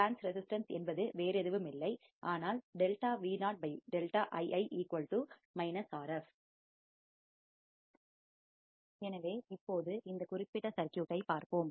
trans resistance என்பது வேறு எதுவுமில்லை ஆனால் எனவே இப்போது இந்த குறிப்பிட்ட சர்க்யூட் டை பார்ப்போம்